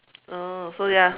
oh so ya